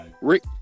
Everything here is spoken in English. Rick